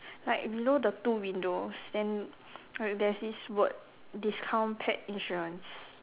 like below the two windows then like there's this word discount pet insurance